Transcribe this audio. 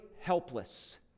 helpless